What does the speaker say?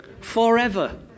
Forever